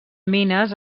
mines